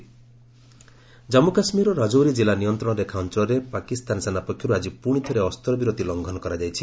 JK ceasefire Jammu କାଶ୍ମୀରର ରଜୌରୀ କିଲ୍ଲା ନିୟନ୍ତ୍ରଣ ରେଖା ଅଞ୍ଚଳରେ ପାକିସ୍ତାନ ସେନା ପକ୍ଷରୁ ଆଜି ପୁଣି ଥରେ ଅସ୍ତ୍ରବିରତି ଲଙ୍ଘନ କରାଯାଇଛି